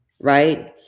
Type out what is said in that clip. right